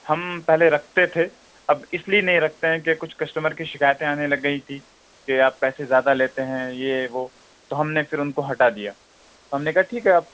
ہم پہلے رکھتے تھے اب اِس لئے نہیں رکھتے ہیں کہ کچھ کسٹمر کی شکایتیں آنے لگ گئی تھیں کہ آپ پیسے زیادہ لیتے ہیں یہ وہ تو ہم نے پھر اُن کو ہٹا دیا ہم نے کہا ٹھیک ہے اب